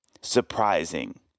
surprising